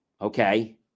Okay